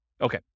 okay